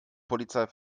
polizei